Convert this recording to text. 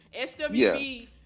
SWB